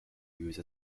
used